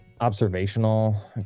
observational